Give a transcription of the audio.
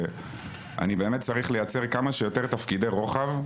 שאני באמת צריך לייצר כמה שיותר תפקידי רוחב,